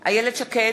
איילת שקד,